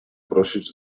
prosić